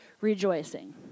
rejoicing